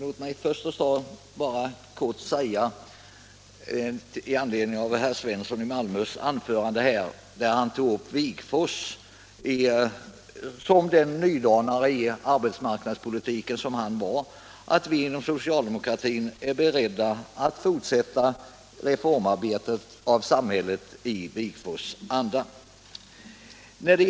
Herr talman! Herr Svensson i Malmö framhöll att Ernst Wigforss var en nydanare inom arbetsmarknadspolitiken. Låt mig därför säga att vi inom socialdemokratin är beredda att fortsätta reformarbetet i samhället i Wigforss anda.